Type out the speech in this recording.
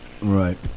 Right